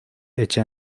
echa